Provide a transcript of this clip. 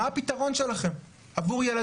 הגיור קיים מאז שרות המואבייה הצטרפה לעם